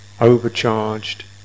overcharged